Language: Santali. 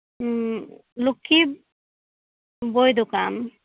ᱦᱮᱸ ᱞᱚᱠᱠᱷᱤ ᱵᱳᱭ ᱫᱚᱠᱟᱱ